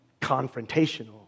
confrontational